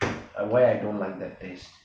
why I don't like that taste